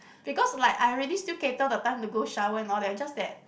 because like I already still cater the time to go shower and all that just that